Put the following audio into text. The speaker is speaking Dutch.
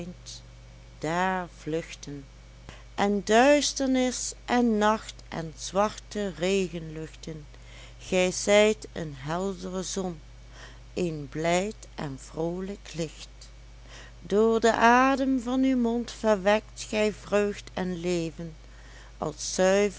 daar vluchten en duisternis en nacht en zwarte regenluchten gij zijt een heldre zon een blijd en vroolijk licht door d'adem van uw mond verwekt gij vreugd en leven als zuivre